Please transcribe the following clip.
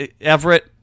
Everett